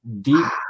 deep